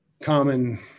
common